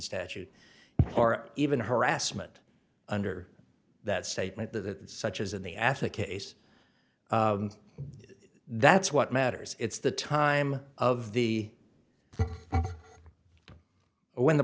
statute or even harassment under that statement the such as in the attic case that's what matters it's the time of the when the